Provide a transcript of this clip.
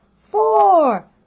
four